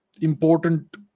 important